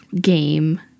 game